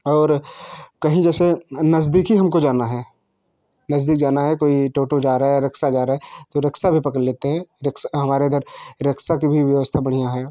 और कहीं जैसे नज़दीक ही हम को जाना है नज़दीक जाना है कोई टोटो जा रहा है रिक्शा जा रहा है तो रिक्शा भी पकड़ लेते हैं रिक्शा हमारे इधर रिक्शा की भी व्यवस्था बढ़िया है